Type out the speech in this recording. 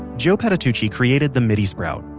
joe patitucci created the midi sprout.